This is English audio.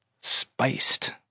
spiced